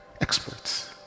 experts